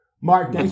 Mark